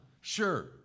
Sure